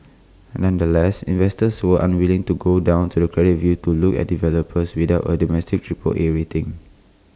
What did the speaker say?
nevertheless investors were unwilling to go down the credit curve to look at developers without A domestic Triple A rating